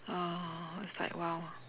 uh it's like !wow!